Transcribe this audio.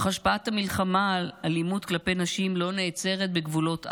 אך השפעת המלחמה על אלימות כלפי נשים לא נעצרת בגבולות עזה.